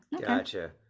gotcha